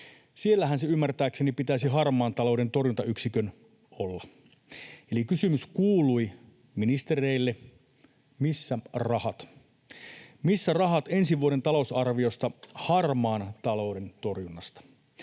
Siellähän pitäisi ymmärtääkseni sen harmaan talouden torjuntayksikön olla. Eli kysymys kuului ministereille: Missä rahat? Missä rahat ensi vuoden talousarviossa harmaan talouden torjuntaan?